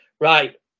Right